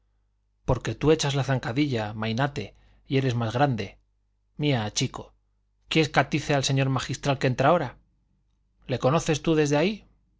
porque tú echas la zancadilla mainate y eres más grande mia chico quiés que l'atice al señor magistral que entra ahora le conoces tú desde ahí